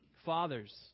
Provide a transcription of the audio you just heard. Fathers